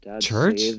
Church